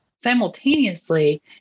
Simultaneously